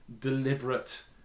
deliberate